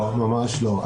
לא, ממש לא.